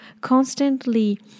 constantly